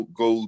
go